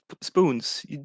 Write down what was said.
spoons